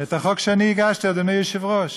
את החוק שאני הגשתי, אדוני היושב-ראש: